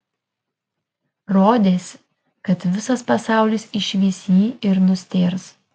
rodėsi kad visas pasaulis išvys jį ir nustėrs